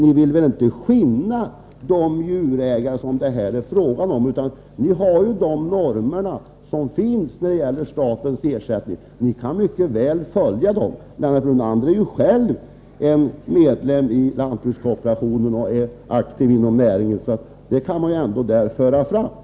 Ni vill väl inte skinna de djurägare som det här är fråga om? Det finns ju normer när det gäller statens ersättning, och ni kan mycket väl följa dem. Lennart Brunander är ju själv medlem i lantbrukskooperationen och aktiv inom näringen, så dessa synpunkter kan han föra fram där.